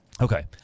Okay